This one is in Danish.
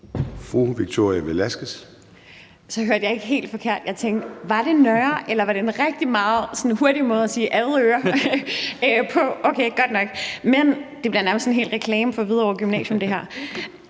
Victoria Velasquez (EL): Så hørte jeg ikke helt forkert – jeg tænkte: Var det Nørre, eller var det sådan en rigtig hurtig måde at sige Avedøre på? Okay, godt nok. Det her bliver nærmest sådan en hel reklame for Hvidovre Gymnasium. Men der